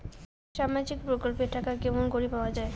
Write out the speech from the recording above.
সামাজিক প্রকল্পের টাকা কেমন করি পাওয়া যায়?